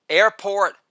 Airport